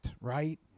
right